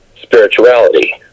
spirituality